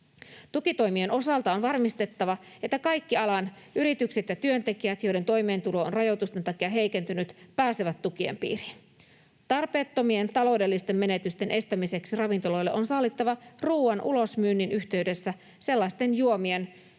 Tukitoimien osalta on varmistettava, että kaikki alan yritykset ja työntekijät, joiden toimeentulo on rajoitusten takia heikentynyt, pääsevät tukien piiriin. Tarpeettomien taloudellisten menetysten estämiseksi ravintoloille on sallittava ruuan ulosmyynnin yhteydessä sellaisten juomien,